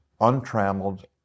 untrammeled